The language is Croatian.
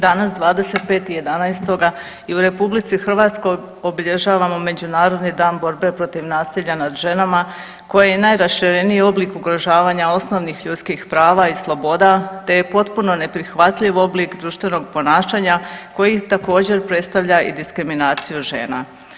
Danas 25.11. i u RH obilježavamo Međunarodni dan borbe protiv nasilja nad ženama koji je najrašireniji oblik ugrožavanja osnovnih ljudskih prava i sloboda te je potpuno neprihvatljiv oblik društvenog ponašanja koji također predstavlja i diskriminaciju žena.